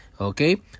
okay